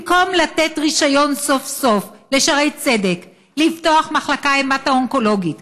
במקום לתת רישיון סוף-סוף לשערי צדק לפתוח מחלקה המטו-אונקולוגית